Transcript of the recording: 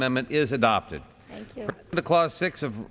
amendment is adopted the clause six of